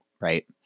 right